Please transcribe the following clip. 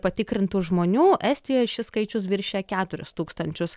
patikrintų žmonių estijoj šis skaičius viršija keturis tūkstančius